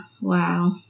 Wow